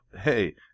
hey